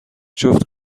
جفت